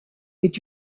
est